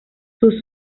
sus